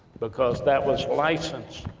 because that was license,